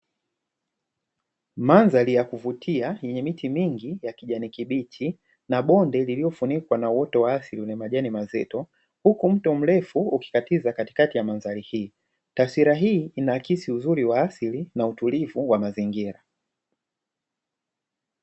Mandhari ya kuvutia yenye miti mingi ya kijani kibichi na bonde lililofunikwa na uoto wa asili na majani mazito, huku mto mrefu ukikatiza katikati ya mandhari hii. Taswira hii inaakisi uzuri wa asili na utulivu wa mazingira.